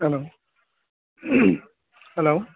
hello hello